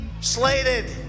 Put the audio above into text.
slated